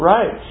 Right